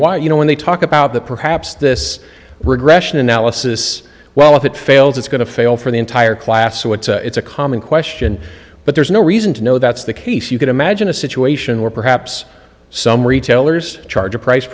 why you know when they talk about that perhaps this regression analysis well if it fails it's going to fail for the entire class so it's a it's a common question but there's no reason to know that's the case you can imagine a situation where perhaps some retailers charge a price